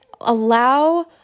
allow